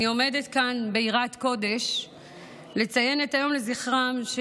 אני עומדת כאן ביראת קודש לציין את היום לזכרם של